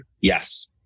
yes